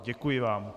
Děkuji vám.